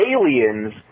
aliens